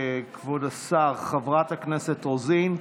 כבוד השר: חברת הכנסת רוזין,